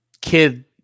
kid